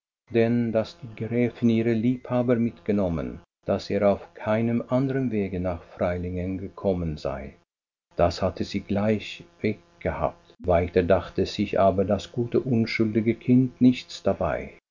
denn daß die gräfin ihren liebhaber mitgenommen daß er auf keinem anderen wege nach freilingen gekommen sei das hatte sie gleich weggehabt weiter dachte sich aber das gute unschuldige kind nichts dabei